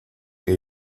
que